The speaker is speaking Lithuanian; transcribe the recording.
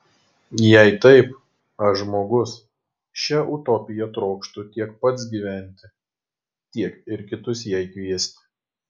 jei taip aš žmogus šia utopija trokštu tiek pats gyventi tiek ir kitus jai kviesti